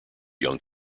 young